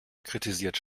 kritisiert